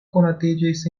konatiĝis